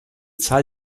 zahl